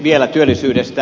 vielä työllisyydestä